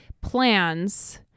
plans